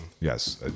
Yes